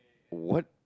what